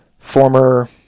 Former